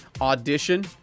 audition